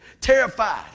Terrified